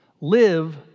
live